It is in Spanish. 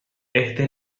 este